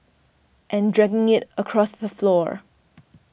and dragging it across the floor